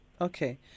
Okay